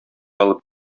алып